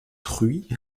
truie